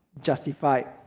justified